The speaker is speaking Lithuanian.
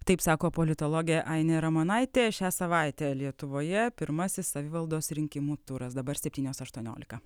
taip sako politologė ainė ramonaitė šią savaitę lietuvoje pirmasis savivaldos rinkimų turas dabar septynios aštuoniolika